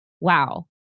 wow